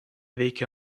veikia